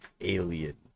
alien